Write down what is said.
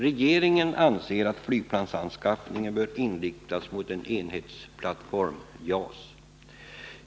Regeringen anser att flygplansanskaffningen bör inriktas mot en enhetsplattform, JAS.